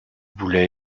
boulay